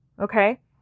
Okay